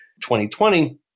2020